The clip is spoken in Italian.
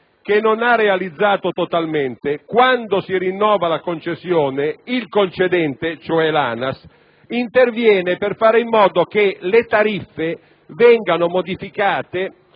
che non ha realizzato totalmente, quando si rinnova la concessione, il concedente, cioè l'ANAS, interviene per fare in modo che le tariffe vengano modificate,